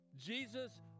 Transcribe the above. Jesus